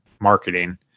marketing